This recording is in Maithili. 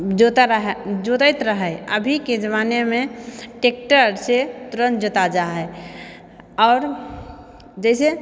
जोतऽ रहै जोड़ैत रहै अभीके जमानेमे ट्रेक्टरसँ तुरत जोता जा हैय आओर जैसे